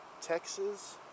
Texas